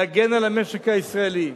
להגן על המשק הישראלי,